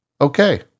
Okay